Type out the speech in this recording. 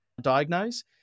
diagnose